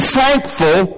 thankful